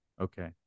Okay